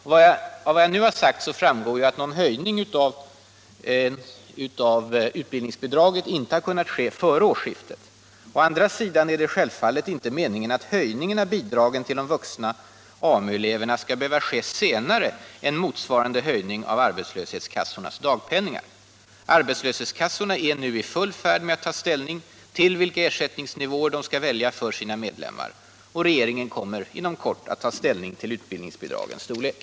Av vad jag nu har sagt framgår att någon höjning av utbildningsbidragen inte kan ske före årsskiftet. Å andra sidan är det självfallet inte meningen att höjningen av bidragen till de vuxna AMU-eleverna skall behöva ske senare än motsvarande höjning av arbetslöshetskassornas dagpenningar. Arbetslöshetskassorna är nu i full färd med att besluta vilka ersättningsnivåer de skall välja för sina medlemmar. Regeringen kommer inom kort att ta ställning till utbildningsbidragens storlek.